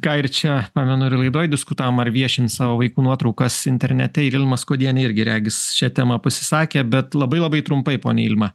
ką ir čia pamenu ir laidoj diskutavom ar viešint savo vaikų nuotraukas internete ir ilma skuodienė irgi regis šia tema pasisakė bet labai labai trumpai ponia ilma